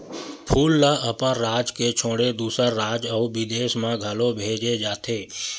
फूल ल अपन राज के छोड़े दूसर राज अउ बिदेस म घलो भेजे जाथे